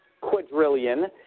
quadrillion